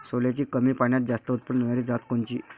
सोल्याची कमी पान्यात जास्त उत्पन्न देनारी जात कोनची?